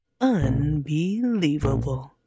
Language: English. Unbelievable